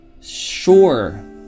sure